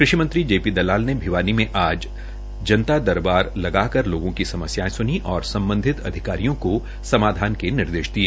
कृषि मंत्री जेपी दलाल आज जनता दरबार लगाकर लोगों की समस्याएं सूनी और संबंधित अधिकारियों को समाधान के निर्देश दिए